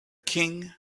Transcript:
king